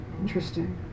interesting